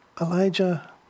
Elijah